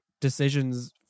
decisions